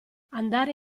andare